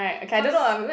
cause